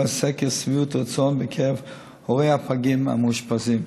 סקר שביעות רצון בקרב הורי הפגים המאושפזים.